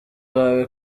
bawe